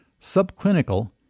Subclinical